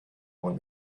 when